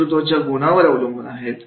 नेतृत्वाच्या गुणांवर अवलंबून आहेत